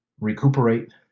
recuperate